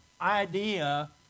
idea